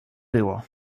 było